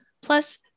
plus